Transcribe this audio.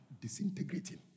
disintegrating